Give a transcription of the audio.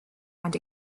and